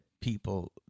people